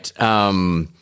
right